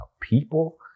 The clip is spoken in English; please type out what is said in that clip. people